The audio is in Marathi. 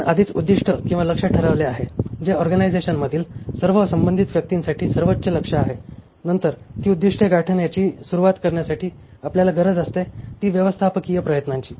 आपण आधीच उद्दिष्ट किंवा लक्ष्य ठरवले आहे जे ऑर्गनायझेशनमधील सर्व संबंधित व्यक्तींसाठी सर्वोच्च लक्ष्य आहे नंतर ती उद्दिष्टे गाठण्याची सुरुवात करण्यासाठी आपल्याला गरज असते ती व्यवस्थापकीय प्रयत्नांची